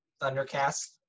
Thundercast